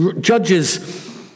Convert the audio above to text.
Judges